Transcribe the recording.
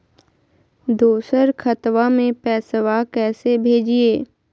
दोसर खतबा में पैसबा कैसे भेजिए?